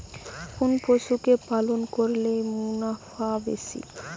কোন পশু কে পালন করলে মুনাফা বেশি?